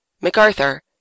MacArthur